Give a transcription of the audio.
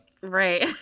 Right